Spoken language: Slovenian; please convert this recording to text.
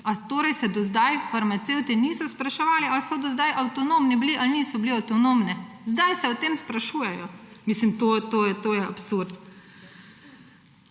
Torej se do zdaj farmacevti niso spraševali, ali so bili avtonomni ali niso bili avtonomni? Zdaj se o tem sprašujejo? To je absurd.